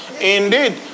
Indeed